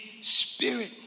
spirit